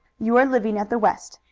you are living at the west.